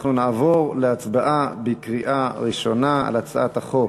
אנחנו נעבור להצבעה בקריאה ראשונה על הצעת החוק.